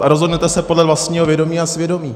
A rozhodnete se podle vlastního vědomí a svědomí.